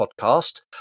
podcast